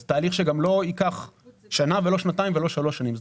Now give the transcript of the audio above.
זה תהליך שגם לא ייקח שנה ולא שנתיים ולא שלוש שנים.